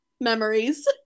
Memories